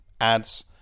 ads